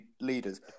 leaders